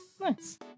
Nice